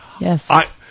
Yes